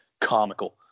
comical